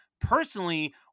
personally